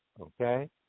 Okay